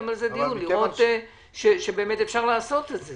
על זה דיון כדי לראות שבאמת אפשר לעשות את זה.